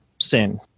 sin